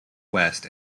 west